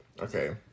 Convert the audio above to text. Okay